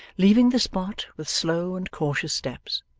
leaving the spot with slow and cautious steps,